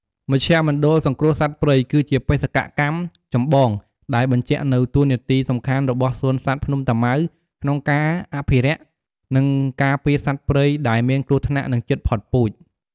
មជ្ឈមណ្ឌលសង្គ្រោះសត្វព្រៃ គឺជាបេសកកម្មចម្បងដែលបញ្ចាក់នូវតួនាទីសំខាន់របស់សួនសត្វភ្នំតាម៉ៅក្នុងការអភិរក្ស និងការពារសត្វព្រៃដែលមានគ្រោះថ្នាក់ និងជិតផុតពូជ។